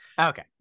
Okay